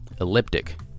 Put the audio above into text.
elliptic